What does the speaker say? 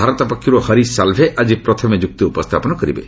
ଭାରତ ପକ୍ଷରୁ ହରୀଶ ସାଲ୍ଭେ ଆଜି ପ୍ରଥମେ ଯୁକ୍ତି ଉପସ୍ଥାପନ କରିବେ